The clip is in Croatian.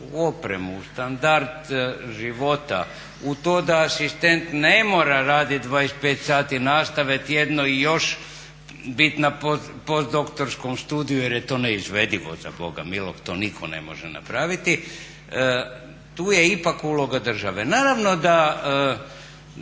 u opremu, u standard života, u to da asistent ne mora radit 25 sati nastave tjedno i još bit na poddoktorskom studiju jer je to neizvedivo za Boga miloga, to nitko ne može napraviti, tu je ipak uloga države. Naravno da